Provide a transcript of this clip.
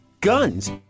Guns